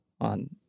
on